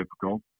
difficult